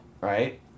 right